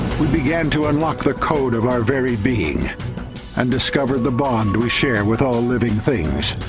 we began to unlock the code of our very being and discover the bond we share with all living things